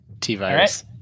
t-virus